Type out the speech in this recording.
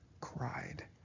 cried